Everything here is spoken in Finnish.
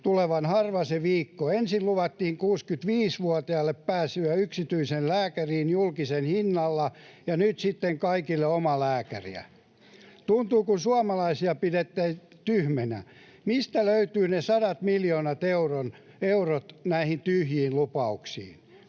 tulevan harva se viikko. Ensin luvattiin 65-vuotiaille pääsyä yksityiseen lääkäriin julkisen hinnalla ja nyt sitten kaikille omalääkäriä. Tuntuu kuin suomalaisia pidettäisiin tyhminä. Mistä löytyvät ne sadat miljoonat eurot näihin tyhjiin lupauksiin?